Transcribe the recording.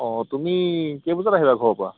অঁ তুমি কেই বজাত আহিবা ঘৰৰ পৰা